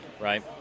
Right